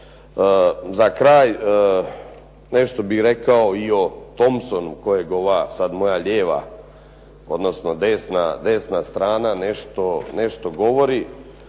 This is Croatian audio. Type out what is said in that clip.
Za kraj, nešto bih rekao i o Thompsonu koja sada moja lijeva, odnosno desna strana nešto govori.